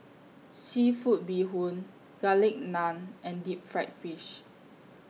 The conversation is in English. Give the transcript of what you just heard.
Seafood Bee Hoon Garlic Naan and Deep Fried Fish